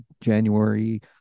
January